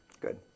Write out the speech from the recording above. Good